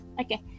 Okay